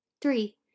Three